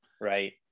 right